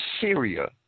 Syria